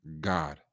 God